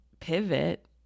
pivot